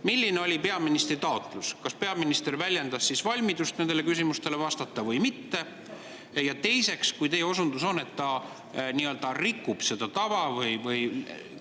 milline oli peaministri taotlus. Kas peaminister väljendas valmidust nendele küsimustele vastata või mitte? Teiseks, kui teie osundus on, et ta nii-öelda rikub seda tava või